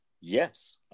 yes